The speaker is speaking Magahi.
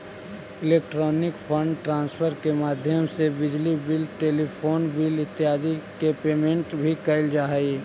इलेक्ट्रॉनिक फंड ट्रांसफर के माध्यम से बिजली बिल टेलीफोन बिल इत्यादि के पेमेंट भी कैल जा हइ